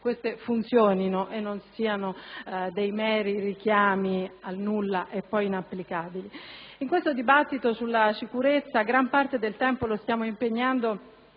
queste funzionino e non siano dei meri richiami al nulla poi inapplicabili. In questo dibattito sulla sicurezza gran parte del tempo lo stiamo impegnando